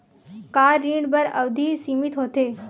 का ऋण बर अवधि सीमित होथे?